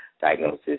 diagnosis